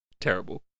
terrible